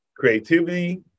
Creativity